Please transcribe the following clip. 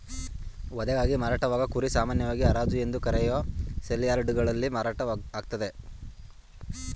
ವಧೆಗಾಗಿ ಮಾರಾಟವಾಗೋ ಕುರಿ ಸಾಮಾನ್ಯವಾಗಿ ಹರಾಜು ಎಂದು ಕರೆಯೋ ಸೇಲ್ಯಾರ್ಡ್ಗಳಲ್ಲಿ ಮಾರಾಟ ಆಗ್ತದೆ